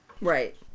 Right